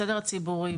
הסדר הציבורי,